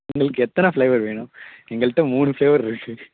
உங்களுக்கு எத்தனை ஃப்ளேவர் வேணும் எங்கள்ட மூணு ஃப்ளேவர் இருக்குது